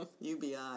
UBI